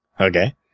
Okay